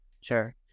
Sure